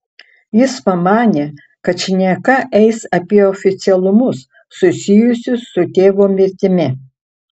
jis pamanė kad šneka eis apie oficialumus susijusius su tėvo mirtimi